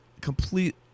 complete